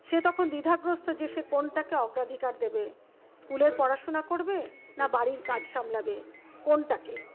সে তখন দ্বিধাগ্রস্ত যে সে কোনটাকে অগ্রাধিকার দেবে স্কুলের পড়াশোনা করবে নাকি বাড়ির কাজ সামলাবে কোনটাকে